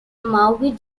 mauve